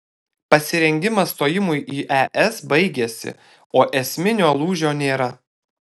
pasirengimas stojimui į es baigėsi o esminio lūžio nėra